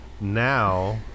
Now